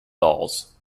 dolls